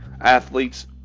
athletes